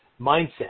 mindset